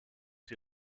die